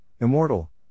immortal